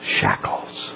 shackles